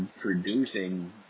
producing